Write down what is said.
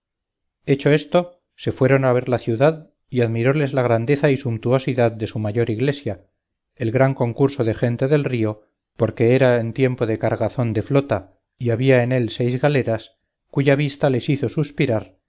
hecho esto se fueron a ver la ciudad y admiróles la grandeza y sumptuosidad de su mayor iglesia el gran concurso de gente del río porque era en tiempo de cargazón de flota y había en él seis galeras cuya vista les hizo suspirar